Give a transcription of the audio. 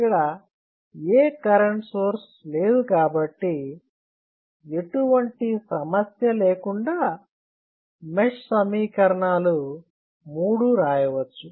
ఇక్కడ ఏ current source లేదు కాబట్టి ఎటువంటి సమస్య లేకుండా మెష్ సమీకరణాలు మూడూ రాయవచ్చు